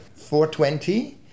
420